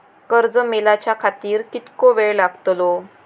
कर्ज मेलाच्या खातिर कीतको वेळ लागतलो?